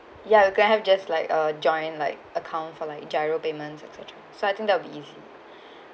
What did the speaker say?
ya you can have just like a joint like account for like GIRO payments etcetera so I think that will be easy